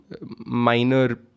minor